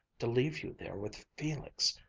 to leave you there with felix.